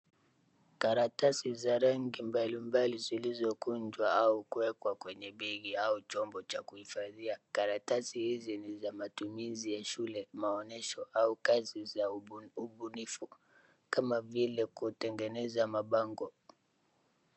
Karatasi mbali mbali za rangi zilizokunjwa au kuwekwa kwenye begi au chombo cha kuhifadhia karatasi hizi ni za matumizi ya shule maonyesho au kazi za ubunifu kama vile kutengeneza mabango.